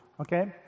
okay